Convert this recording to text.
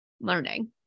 learning